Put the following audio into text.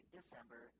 December